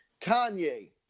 kanye